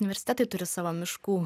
universitetai turi savo miškų